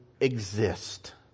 exist